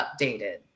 updated